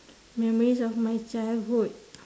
memories of my childhood